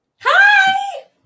Hi